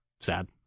Sad